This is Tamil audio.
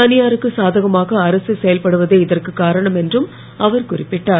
தனியாருக்கு சாதாகமாக அரசு செயல்படுவதே இதற்கு காரணம் என்றும் அவர் குறிப்பிட்டார்